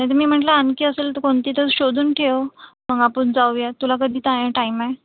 नाही तर मी म्हटलं आणखी असेल तर कोणती तर शोधून ठेव मग आपण जाऊयात तुला कधी टाई टाईम आहे